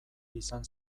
izan